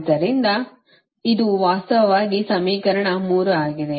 ಆದ್ದರಿಂದ ಇದು ವಾಸ್ತವವಾಗಿ ಸಮೀಕರಣ 3 ಆಗಿದೆ